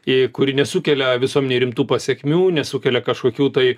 y kuri nesukelia visuomenei rimtų pasekmių nesukelia kažkokių tai